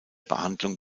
behandlung